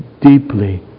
deeply